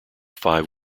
five